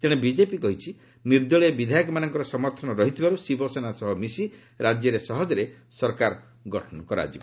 ତେଣେ ବିଜେପି କହିଛି ନିର୍ଦ୍ଦଳୀୟ ବିଧାୟକମାନଙ୍କର ସମର୍ଥନ ରହିଥିବାରୁ ଶିବସେନା ସହ ମିଶି ରାଜ୍ୟରେ ସହଜରେ ସରକାର ଗଠନ କରାଯିବ